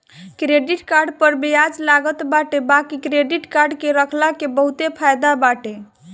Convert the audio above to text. credit card पअ बियाज लागत बाटे बाकी क्क्रेडिट कार्ड के रखला के बहुते फायदा बाटे